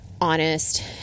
honest